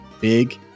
big